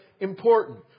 Important